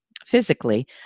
physically